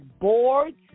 boards